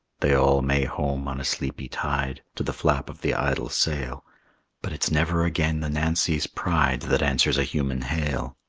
they all may home on a sleepy tide, to the flap of the idle sail but it's never again the nancy's pride that answers a human hail.